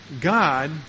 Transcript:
God